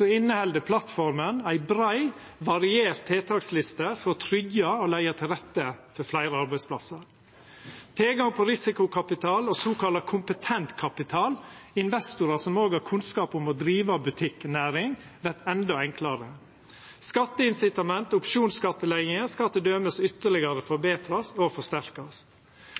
inneheld plattforma ei brei, variert tiltaksliste for å tryggja og leggja til rette for fleire arbeidsplassar. Tilgangen på risikokapital og såkalla kompetent kapital – investorar som òg har kunnskap om å driva butikknæring – vert endå enklare. Skatteinsitament og opsjonsskattlegginga skal t.d. ytterlegare forbetrast og forsterkast.